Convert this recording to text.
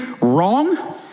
wrong